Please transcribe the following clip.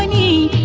e